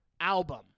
album